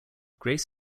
grace